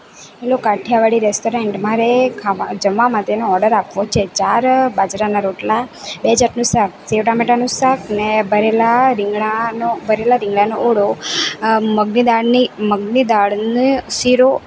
hello Kathiyawadi restaurant મારે ખાવા જમવા માટેનો ઓડર આપવો છે ચાર બાજરાના રોટલા બે જાતનું શાક સેવ ટામેટાનું શાક ને ભરેલા રીંગણાનો ભરેલા રિંગણાનો ઓળો મગની દાળની મગની દાળને શીરો